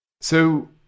So-